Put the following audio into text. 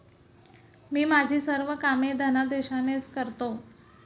मी माझी सर्व कामे धनादेशानेच करतो